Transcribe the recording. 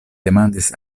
demandis